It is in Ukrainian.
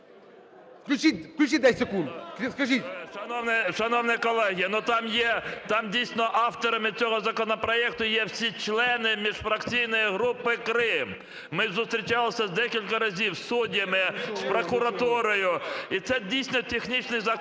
Включіть 10 секунд.